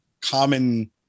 common